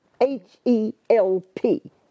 H-E-L-P